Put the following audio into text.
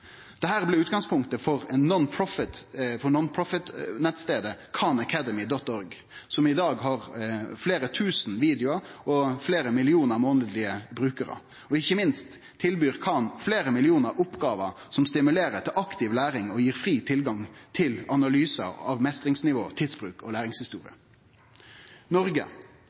utgangspunktet for nonprofit-nettstaden Khanacademy.org, som i dag har fleire tusen videoar og fleire millionar månadlege brukarar. Og ikkje minst tilbyr Khan fleire millionar oppgåver som stimulerer til aktiv læring og gjev fri tilgang til analyse av meistringsnivå, tidsbruk og læringshistorie. Så til Noreg: